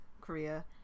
Korea